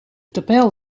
tabel